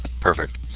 Perfect